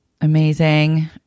Amazing